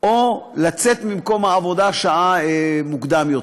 יותר או לצאת ממקום העבודה שעה מוקדם יותר.